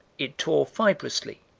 it tore fibrously,